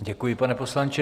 Děkuji, pane poslanče.